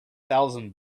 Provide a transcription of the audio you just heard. thousand